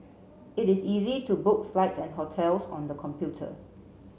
it is easy to book flights and hotels on the computer